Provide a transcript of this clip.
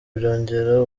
byongera